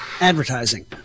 advertising